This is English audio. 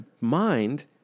mind